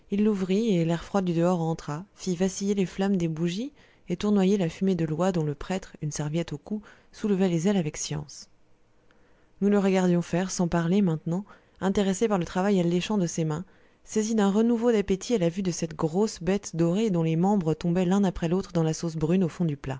il l'ouvrit et l'air froid du dehors entra fit vaciller les flammes des bougies et tournoyer la fumée de l'oie dont le prêtre une serviette au cou soulevait les ailes avec science nous le regardions faire sans parler maintenant intéressés par le travail alléchant de ses mains saisis d'un renouveau d'appétit à la vue de cette grosse bête dorée dont les membres tombaient l'un après l'autre dans la sauce brune au fond du